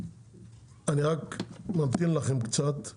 אני רק ממתין לכם קצת לתשובות.